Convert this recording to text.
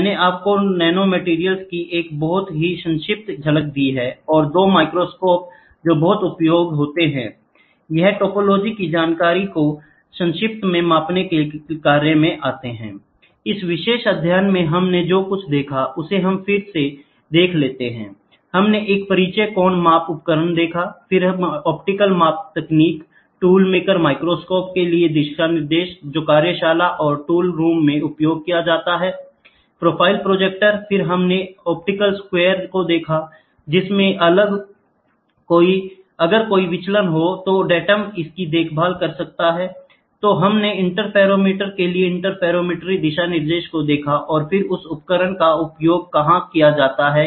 मैंने आपको नैनोमटेरियल्स की एक बहुत ही संक्षिप्त झलक दी है और 2 माइक्रोस्कोप जो बहुत उपयोग होते हैंI यह टोपोलॉजी की जानकारियों को संक्षिप्त में मापने के कार्य में आते हैंI इस विशेष अध्याय में हमने जो कुछ देखा उसे फिर से एक बार देख लेते हैं हमने एक परिचय कोण माप उपकरण देखा फिर ऑप्टिकल माप तकनीक टूल मेकर माइक्रोस्कोप के लिए दिशानिर्देश जो कार्यशालाओं और टूल रूम में उपयोग किए जाते हैं प्रोफाइल प्रोजेक्टर फिर हमने ऑप्टिकल स्क्वॉयर को देखा जिसमें अगर कोई विचलन हो तो डेटम इसकी देखभाल कर सकता है तो हमने इंटरफेरोमीटर के लिए इंटरफेरोमेट्री दिशा निर्देशों को देखा फिर उस उपकरण का उपयोग कहां किया जाता है